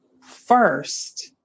first